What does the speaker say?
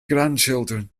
grandchildren